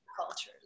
cultures